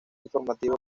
informativo